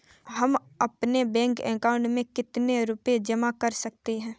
हम अपने bank account में कितने रुपये जमा कर सकते हैं?